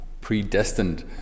predestined